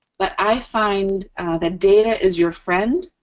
but i find that data is your friend,